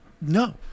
No